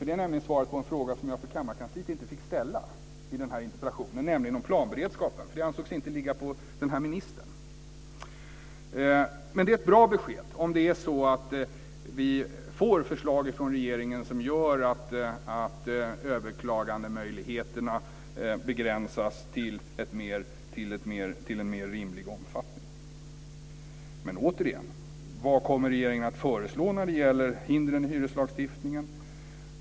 Det är nämligen svaret på en fråga som jag för kammarkansliet inte fick ställa i den här interpellationen. Den gäller planberedskapen. Den ansågs inte ligga på den här ministern. Men det är ett bra besked om vi får förslag från regeringen som gör att överklagandemöjligheterna begränsas till en mer rimlig omfattning. Men återigen: Vad kommer regeringen att föreslå när det gäller hindren i hyreslagstiftningen?